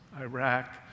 Iraq